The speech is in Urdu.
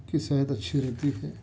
کی صحت اچھی رہتی ہے